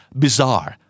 bizarre